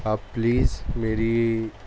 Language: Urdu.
آپ پلیز میری